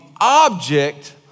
object